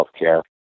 healthcare